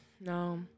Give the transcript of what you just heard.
No